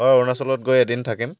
হয় অৰুণাচলত গৈ এদিন থাকিম